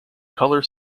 color